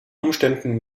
umständen